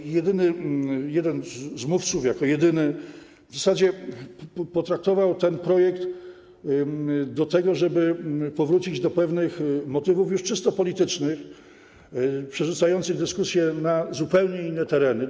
Otóż jeden z mówców jako jedyny w zasadzie wykorzystał ten projekt do tego, żeby powrócić do pewnych motywów czysto politycznych, przerzucających dyskusję na zupełnie inne tereny.